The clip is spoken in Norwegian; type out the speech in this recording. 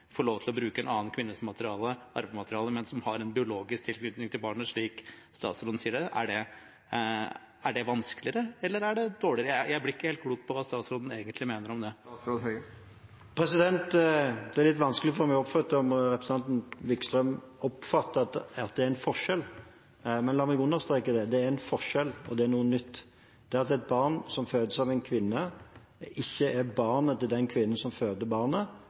lov til å bruke en annen kvinnes arvemateriale, men har en biologisk tilknytning til barnet – slik statsråden sier det – er det vanskeligere, eller er det dårligere? Jeg blir ikke helt klok på hva statsråden egentlig mener om det. Det er litt vanskelig for meg å oppfatte om representanten Wickholm oppfatter at det er en forskjell. La meg understreke: Det er en forskjell. Det er noe nytt at et barn som fødes av en kvinne, ikke fullt ut biologisk er barnet til den kvinnen som føder det. Det er en helt ny situasjon. Barnet